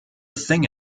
thing